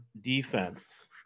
defense